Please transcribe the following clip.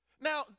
Now